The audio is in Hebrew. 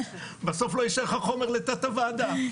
בסוף לא ישאר לך חומר לדון בועדה.